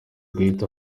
guhita